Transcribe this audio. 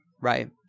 Right